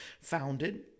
founded